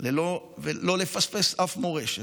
ולא לפספס אף מורשת,